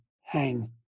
hang